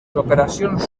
operacions